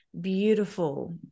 beautiful